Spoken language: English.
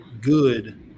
good